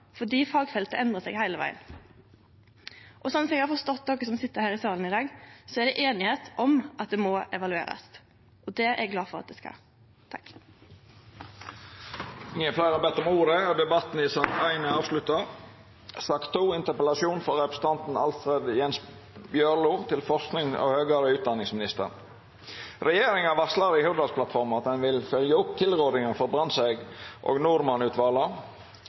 fordi fagfeltet endrar seg heile vegen. Slik eg har forstått dei som sit her i salen i dag, er det einigheit om at det må evaluerast. Det er eg glad for at det skal. Fleire har ikkje bedt om ordet til sak nr. 1. Regjeringa Solberg fekk i 2020 overlevert to rapportar som teiknar opp framtidas distriktspolitikk: NOU 2020:15, «Det handler om Norge», leia av Victor Norman, og NOU 2020:12, «Næringslivets betydning for levende og